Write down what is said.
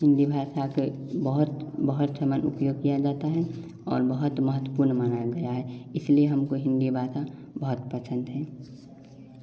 हिंदी भाषा के बहुत बहुत सामान उपयोग किया जाता है और बहोत महत्वपूर्ण माना गया है इसलिए हमको हिंदी भाषा बहुत पसंद है